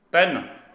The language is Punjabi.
ਤਿੰਨ